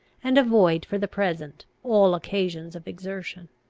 and avoid for the present all occasions of exertion.